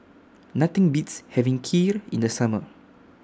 Nothing Beats having Kheer in The Summer